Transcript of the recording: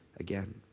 again